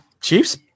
Chiefs